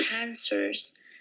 answers